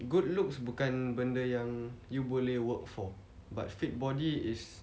good looks bukan benda yang you boleh work for but fit body is